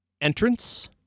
entrance